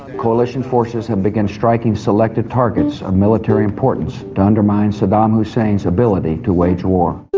coalition forces have begun striking selected targets of military importance to undermine saddam hussein's ability to wage war.